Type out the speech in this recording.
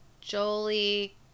Jolie